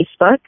Facebook